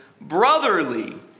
brotherly